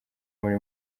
muri